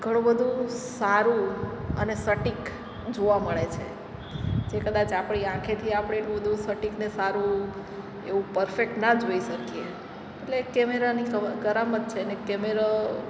ઘણું બધું સારું અને સટીક જોવા મળે છે જે કદાચ આપણી આંખેથી આપણે એટલું બધું સટીકને સારું એવું પરફેક્ટ ના જોઈ શકીએ એટલે કેમેરાની કવા કરામત છે અને કેમેરો